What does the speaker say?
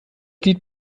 lied